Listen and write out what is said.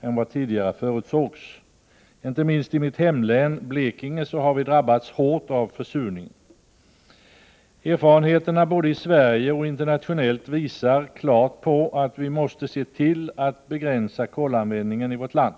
än vad som tidigare förutsågs. Inte minst i mitt hemlän — Blekinge — har vi drabbats hårt av försurningen. Erfarenheterna både i Sverige och internationellt visar klart att vi måste se till att begränsa kolanvändningen i vårt land.